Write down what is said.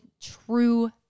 true